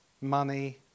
money